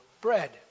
bread